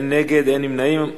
אין נגד, אין נמנעים.